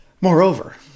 Moreover